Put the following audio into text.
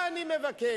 מה אני מבקש?